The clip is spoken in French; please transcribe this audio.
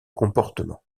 comportement